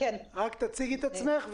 תציגי את עצמך.